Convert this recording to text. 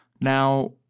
Now